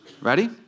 Ready